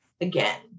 again